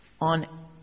on